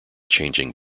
changing